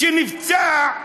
שנפצע,